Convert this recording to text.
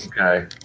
Okay